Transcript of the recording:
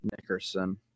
nickerson